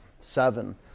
seven